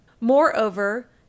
moreover